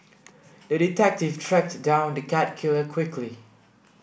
the detective tracked down the cat killer quickly